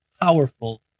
powerful